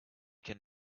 can